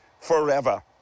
forever